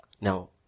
Now